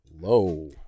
low